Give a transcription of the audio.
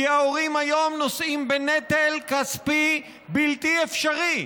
כי ההורים היום נושאים בנטל כספי בלתי אפשרי,